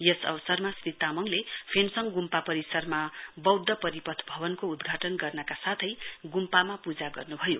यस अवसरमा वहाँले फेन्सङ गृम्पा परिसारमा वौद्ध परिपत्य भवनको उद्घाटन गर्नका साथै गुम्पामा पूजा गर्नु भयो